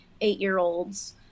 eight-year-olds